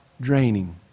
draining